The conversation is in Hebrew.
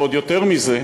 ועוד יותר מזה,